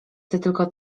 tylko